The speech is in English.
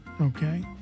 Okay